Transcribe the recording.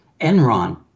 Enron